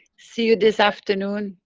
see you this afternoon,